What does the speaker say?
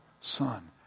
Son